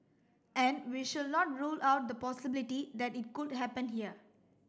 and we should not rule out the possibility that it could happen here